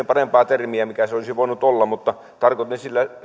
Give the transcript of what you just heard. parempaa termiä mikä se olisi voinut olla mutta tarkoitin